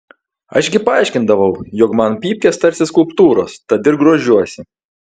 aš gi paaiškindavau jog man pypkės tarsi skulptūros tad ir grožiuosi